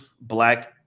black